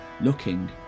looking